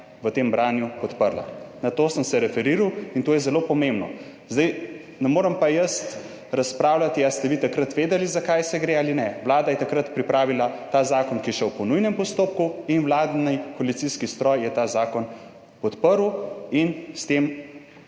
v tem branju podprla. Na to sem se referiral in to je zelo pomembno. Ne morem pa jaz razpravljati, ali ste vi takrat vedeli, za kaj gre, ali ne. Vlada je takrat pripravila ta zakon, ki je šel po nujnem postopku. In vladni koalicijski stroj je ta zakon podprl in s tem